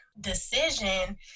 decision